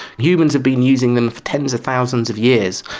humans have been using them tens of thousands of years.